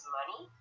money